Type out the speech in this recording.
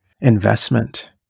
investment